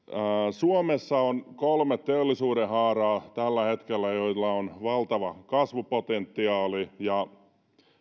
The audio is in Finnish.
suomessa on kolme teollisuuden haaraa tällä hetkellä joilla on valtava kasvupotentiaali